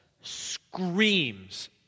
screams